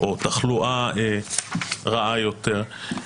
או תחלואה רעה יותר.